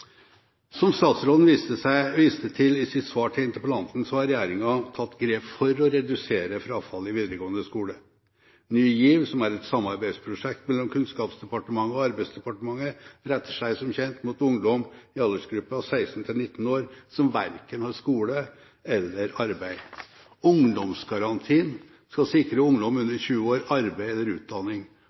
Som statsråden viste til i sitt svar til interpellanten, har regjeringen tatt grep for å redusere frafallet i videregående skole. Ny GIV, som er et samarbeidsprosjekt mellom Kunnskapsdepartementet og Arbeidsdepartementet, retter seg som kjent mot ungdom i aldersgruppen 16–19 år som verken har skole eller arbeid. Ungdomsgarantien skal sikre ungdom under 20 år arbeid eller utdanning,